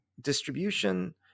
distribution